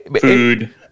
food